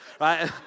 right